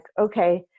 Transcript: okay